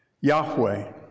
Yahweh